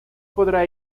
podrá